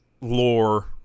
lore